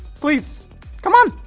please come on